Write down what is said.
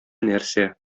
нәрсә